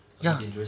ya